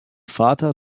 vater